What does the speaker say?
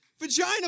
Vagina